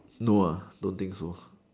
no ah don't think so